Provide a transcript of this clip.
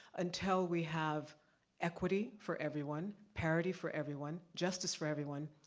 until we have equity for everyone, parity for everyone, justice for everyone,